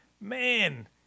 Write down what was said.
man